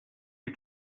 you